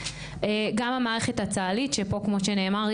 גם המערכת הצה"לית שפה כמו שנאמר,